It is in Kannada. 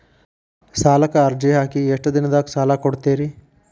ಸಾಲಕ ಅರ್ಜಿ ಹಾಕಿ ಎಷ್ಟು ದಿನದಾಗ ಸಾಲ ಕೊಡ್ತೇರಿ?